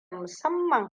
musamman